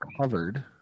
covered